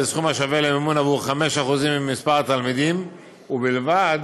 בסכום השווה למימון עבור 5% ממספר התלמידים ובלבד